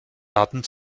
daten